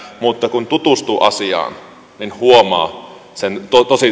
mutta kun tutustuu asiaan niin huomaa sen